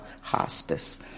hospice